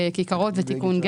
כיכרות ותיקון גשר.